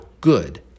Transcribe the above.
good